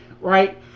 right